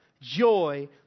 joy